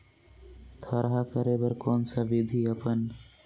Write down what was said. थरहा करे बर कौन सा विधि अपन?